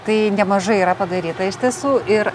tai nemažai yra padaryta iš tiesų ir